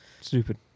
stupid